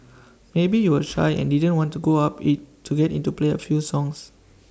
maybe you were shy and didn't want to go up to IT to get IT to play A few songs